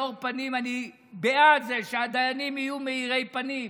מאור פנים, אני בעד זה שהדיינים יהיו מאירי פנים